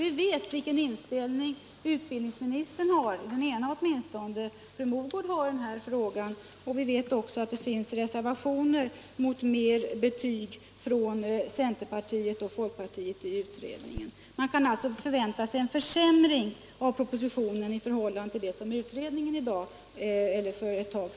Vi vet vilken inställning åtminstone den ena av utbildningsministrarna, fru Mogård, har i denna fråga. Vi vet också att det finns reservationer från centerparti och folkpartirepresentanterna i utredningen. Man kan alltså vänta sig en försämring i propositionen i förhållande till vad utredningen har föreslagit.